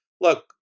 look